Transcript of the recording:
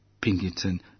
Pinkerton